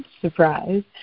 surprise